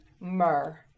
myrrh